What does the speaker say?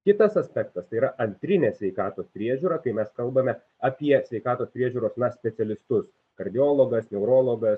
kitas aspektas tai yra antrinė sveikatos priežiūra kai mes kalbame apie sveikatos priežiūros specialistus kardiologas neurologas